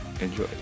Enjoy